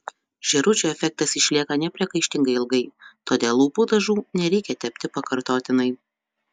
žėručių efektas išlieka nepriekaištingai ilgai todėl lūpų dažų nereikia tepti pakartotinai